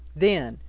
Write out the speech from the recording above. then,